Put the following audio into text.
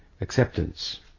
Acceptance